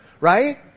right